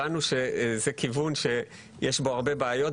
הבנו שזה כיוון שיש בו הרבה בעיות,